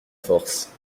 forces